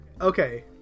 Okay